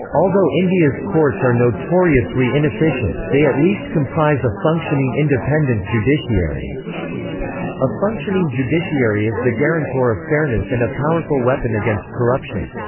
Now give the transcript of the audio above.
although india's courts are notoriously inefficient, they at least comprise a functioning independent judiciary a functioning judiciary is the guarantor of fairness and a powerful weapon against corruption.